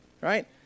right